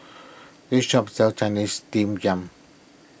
this shop sells Chinese Steamed Yam